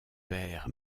père